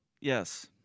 Yes